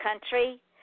country